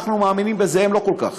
אנחנו מאמינים בזה, הם לא כל כך.